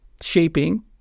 shaping